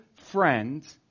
friend